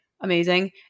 Amazing